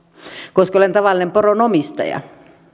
koska olen tavallinen poronomistaja